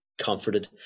comforted